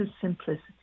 simplicity